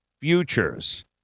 futures